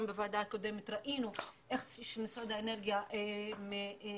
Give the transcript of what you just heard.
גם בוועדה הקודמת ראינו איך משרד האנרגיה מתנהל